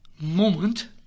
moment